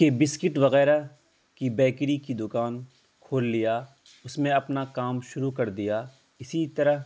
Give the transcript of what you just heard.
کہ بسکٹ وغیرہ کی بیکری کی دکان کھول لیا اس میں اپنا کام شروع کر دیا اسی طرح